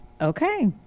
Okay